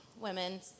women